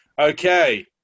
okay